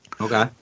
Okay